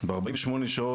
ב-48 שעות,